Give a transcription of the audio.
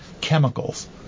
chemicals